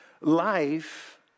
Life